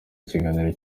ikiganiro